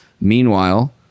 Meanwhile